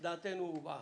דעתנו הובעה,